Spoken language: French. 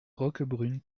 roquebrune